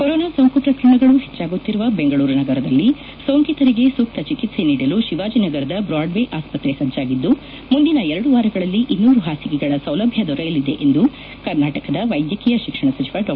corona ಸೋಂಕು ಪ್ರಕರಣಗಳು ಹೆಚ್ಚಾಗುತ್ತಿರುವ ಬೆಂಗಳೂರು ನಗರದಲ್ಲಿ ಸೋಂಕಿತರಿಗೆ ಸೂಕ್ತ ಚಿಕಿತ್ಸೆ ನೀಡಲು ಶಿವಾಜಿನಗರದ ಬ್ರಾಡ್ವೇ ಆಸ್ಪತ್ರೆ ಸಜ್ಜಾಗಿದ್ದು ಮುಂದಿನ ಎರಡು ವಾರಗಳಲ್ಲಿ ಇನ್ನೂರು ಹಾಸಿಗೆಗಳ ಸೌಲಭ್ಯ ದೊರೆಯಲಿದೆ ಎಂದು ಕರ್ನಾಟಕದ ವೈದ್ಯಕೀಯ ಶಿಕ್ಷಣ ಸಚಿವ ಡಾ